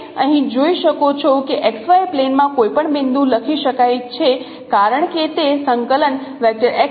તમે અહીં જોઈ શકો છો કે XY પ્લેનમાં કોઈપણ બિંદુ લખી શકાય છે કારણ કે તે સંકલન છે